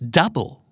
Double